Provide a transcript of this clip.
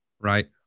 right